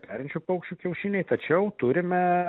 perinčių paukščių kiaušiniai tačiau turime